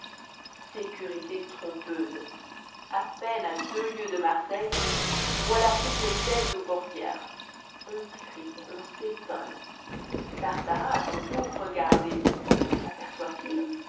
sécurité trompeuse a peine à deux lieues de marseille voilà toutes les têtes aux portières on crie on s'étonne tartarin à son tour regarde